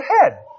ahead